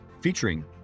featuring